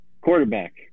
quarterback